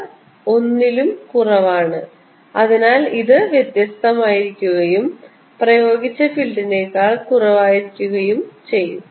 എന്നിരുന്നാലും ഈ chi m ഒന്നിലും കുറവാണ് അതിനാൽ ഇത് വ്യത്യസ്തമായിരിക്കുകയും പ്രയോഗിച്ച ഫീൽഡിനേക്കാൾ കുറവായിരിക്കുകയും ചെയ്യും